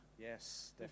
Yes